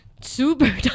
Super